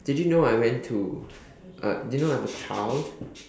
did you know I went to uh did you know I have a child